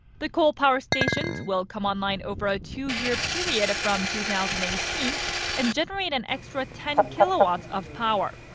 the coal power stations will come online over a two year period from two thousand and eighteen and generate an extra ten kilowatts of power.